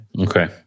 okay